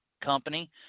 company